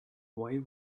why